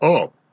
up